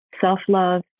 self-love